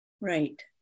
Right